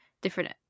different